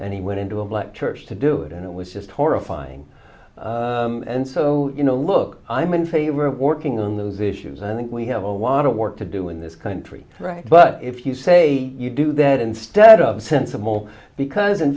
and he went into a black church to do it and it was just horrifying and so you know look i'm in favor of working on those issues i think we have a lot of work to do in this country but if you say you do that instead of sensible because in